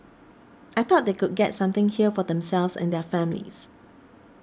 I thought they could get something here for themselves and their families